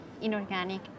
inorganic